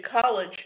college